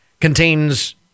contains